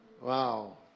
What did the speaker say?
Wow